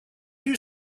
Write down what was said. you